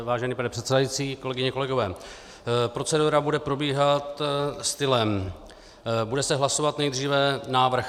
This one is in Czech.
Vážený pane předsedající, kolegyně, kolegové, procedura bude probíhat stylem: Bude se hlasovat nejdříve návrh